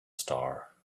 star